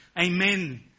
Amen